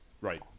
Right